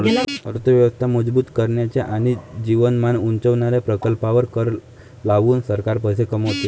अर्थ व्यवस्था मजबूत करणाऱ्या आणि जीवनमान उंचावणाऱ्या प्रकल्पांवर कर लावून सरकार पैसे कमवते